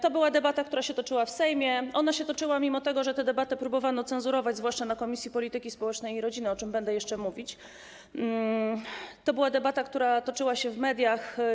To była debata, która się toczyła w Sejmie - ona się toczyła mimo tego, że tę debatę próbowano cenzurować, zwłaszcza w Komisji Polityki Społecznej i Rodziny, o czym będę jeszcze mówić - to była debata, która toczyła się w mediach.